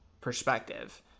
perspective